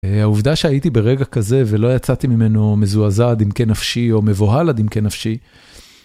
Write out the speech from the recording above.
א...העובדה שהייתי ברגע כזה ולא יצאתי ממנו... מזועזע עד עמקי נפשי או מבוהל עד אם כן נפשי,